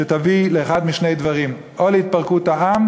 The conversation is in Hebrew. שתביא לאחד משני דברים: או להתפרקות העם